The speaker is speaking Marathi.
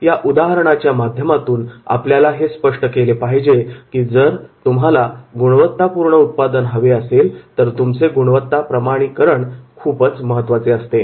या उदाहरणाच्या माध्यमातून आपल्याला हे स्पष्ट केले पाहिजे की जर तुम्हाला गुणवत्तापूर्ण उत्पादन हवे असेल तर तुमचे गुणवत्ता प्रमाणीकरण खूप महत्त्वाचे असते